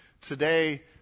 Today